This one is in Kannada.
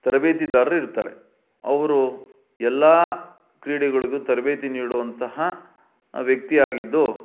ತರಬೇತಿದಾರರಿರ್ತಾರೆ ಅವರು ಎಲ್ಲ ಕ್ರೀಡೆಗಳಿಗೂ ತರಬೇತಿ ನೀಡುವಂತಹ ವ್ಯಕ್ತಿಯಾಗಿದ್ದು